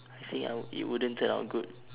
I think I would it wouldn't turn out good